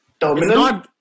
Terminal